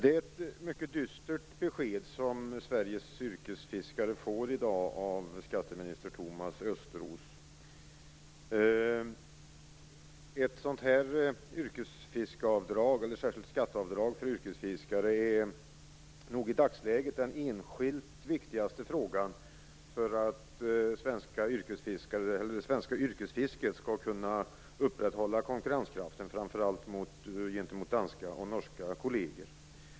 Det är ett mycket dystert besked som Sveriges yrkesfiskare i dag får av skatteminister Thomas Östros. Ett särskilt skatteavdrag för yrkesfiskare är nog i dagsläget den enskilt viktigaste frågan för att det svenska yrkesfisket skall kunna upprätthålla konkurrenskraften, framför allt gentemot danska och norska kolleger.